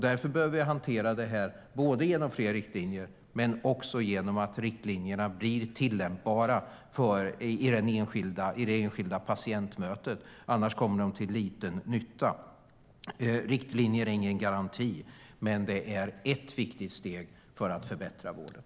Därför behöver vi hantera det här inte bara genom fler riktlinjer utan också genom att riktlinjerna blir tillämpbara i det enskilda patientmötet. Annars kommer de till liten nytta. Riktlinjer är ingen garanti, men de är ett viktigt steg för att förbättra vården.